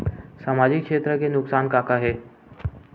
सामाजिक क्षेत्र के नुकसान का का हे?